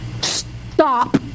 stop